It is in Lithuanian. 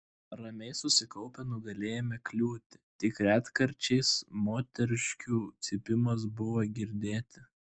ramiai susikaupę nugalėjome kliūtį tik retkarčiais moteriškių cypimas buvo girdėti